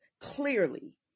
clearly